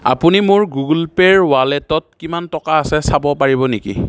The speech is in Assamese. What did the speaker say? আপুনি মোৰ গুগলপে'ৰ ৱালেটত কিমান টকা আছে চাব পাৰিব নেকি